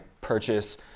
purchase